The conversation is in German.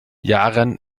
yaren